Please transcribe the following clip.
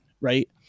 right